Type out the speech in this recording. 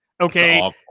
Okay